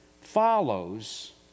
follows